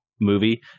movie